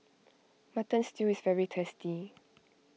Mutton Stew is very tasty